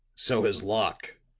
so has locke,